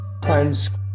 Times